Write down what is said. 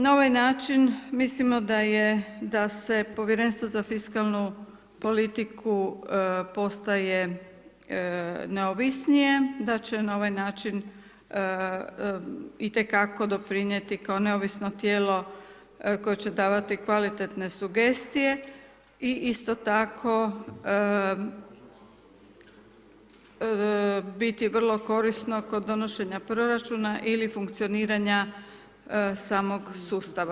Na ovaj način, mislimo da se Povjerenstvo za fiskalnu politiku postaje neovisnije, da će na ovaj način itekako doprinijeti kao neovisno tijelo, koje će davati kvalitetne sugestije i isto tako, biti vrlo korisno kod donošenja proračuna, ili funkcioniranja samog sustava.